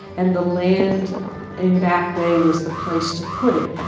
and the land in back bay was the place to put it.